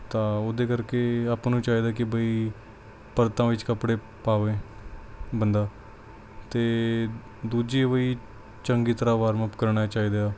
ਤਾਂ ਉਹਦੇ ਕਰਕੇ ਆਪਾਂ ਨੂੰ ਚਾਹੀਦਾ ਕਿ ਬਈ ਪਰਤਾਂ ਵਿੱਚ ਕੱਪੜੇ ਪਾਵੇ ਬੰਦਾ ਅਤੇ ਦੂਜੀ ਉਹੀ ਚੰਗੀ ਤਰ੍ਹਾਂ ਵਾਰਮ ਅੱਪ ਕਰਨਾ ਚਾਹੀਦਾ